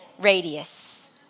radius